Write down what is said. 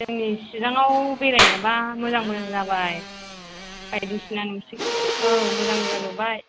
जोंनि चिराङाव बेरायनोबा मोजां मोजां जाबाय बायदिसिना नुसै औ मोजां नुबाय